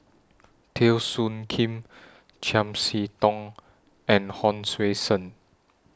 Teo Soon Kim Chiam See Tong and Hon Sui Sen